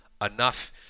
enough